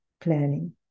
planning